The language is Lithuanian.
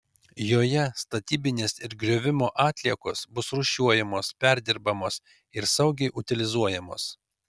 joje statybinės ir griovimo atliekos bus rūšiuojamos perdirbamos ir saugiai utilizuojamos